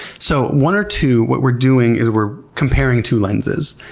so, one or two, what we're doing is we're comparing two lenses.